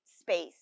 space